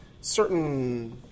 certain